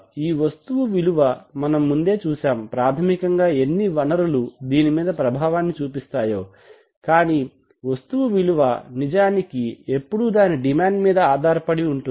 ఈ వస్తువు విలువ మనం ముందే చూశాం ప్రాథమికంగా యెన్ని వనరులు దీని మీద ప్రభావాన్ని చూపిస్తాయో కానీ వస్తువు విలువ నిజానికి ఎప్పుడూ దాని డిమాండ్ మీద ఆధారపడి ఉంటుంది